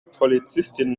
polizistin